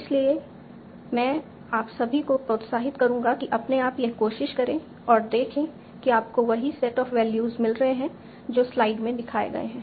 इसलिए मैं आप सभी को प्रोत्साहित करूंगा कि अपने आप यह कोशिश करें और देखें कि आपको वही सेट ऑफ वैल्यूज मिल रहे हैं जो स्लाइड में दिखाए गए हैं